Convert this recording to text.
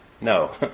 No